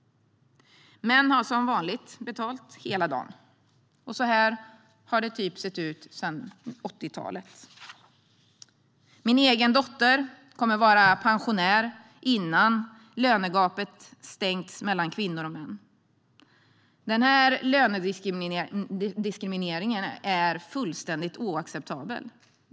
Män har som vanligt betalt hela dagen. Så har det sett ut sedan 80-talet. Min egen dotter kommer att vara pensionär innan lönegapet mellan kvinnor och män stängts. Den här lönediskrimineringen är fullständigt oacceptabel.